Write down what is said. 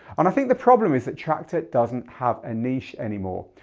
and i think the problem is that traktor doesn't have a niche anymore.